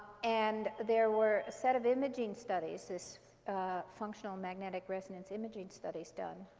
and there were a set of imaging studies, this functional magnetic resonance imaging studies done